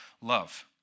love